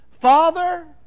father